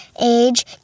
age